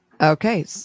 okay